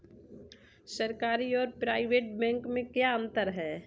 सरकारी और private bank में क्या अंतर है?